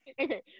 Okay